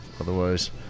Otherwise